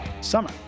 summer